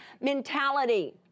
mentality